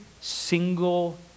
single